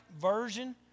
version